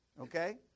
okay